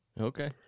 Okay